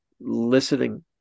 listening